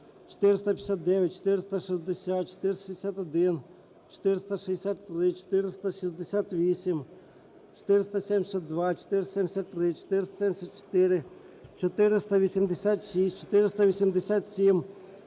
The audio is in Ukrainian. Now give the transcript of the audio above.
459, 460, 461, 463, 468, 472, 473, 474, 486, 487,